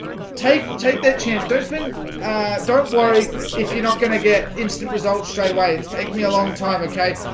take take that chance dutchman don't worry, if you're not going to get instant results straight away. it's take me a long time okay,